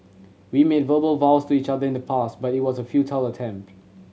we made verbal vows to each other in the past but it was a futile attempt